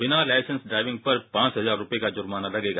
बिना licence driving पर पांच हजार रुपये का जुर्माना लगेगा